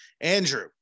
Andrew